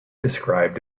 described